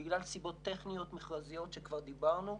בגלל סיבות טכניות-מכרזיות שכבר דיברנו עליהן,